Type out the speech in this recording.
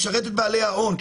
לשרת את בעלי ההון.